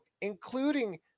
including